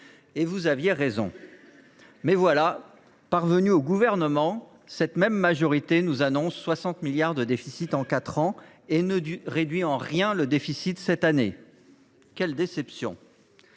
Et elle avait raison ! Mais voilà, parvenue au gouvernement, cette même majorité nous annonce 60 milliards d’euros de déficit en quatre ans et ne réduit nullement le déficit cette année. Quelle déception !